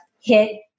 hit